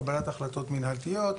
קבלת החלטות מנהלתיות,